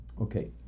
Okay